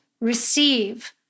receive